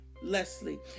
Leslie